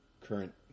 current